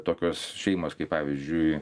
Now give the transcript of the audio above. tokios šeimos kaip pavyzdžiui